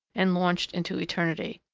and launched into eternity.